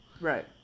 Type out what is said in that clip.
Right